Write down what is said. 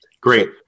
Great